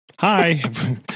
hi